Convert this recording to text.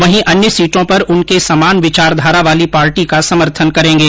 वहीं अन्य सीटों पर उनके समान विचारधारा वाली पार्टी का समर्थन करेंगे